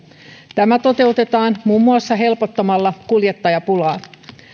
tämä toteutetaan muun muassa helpottamalla kuljettajapulaa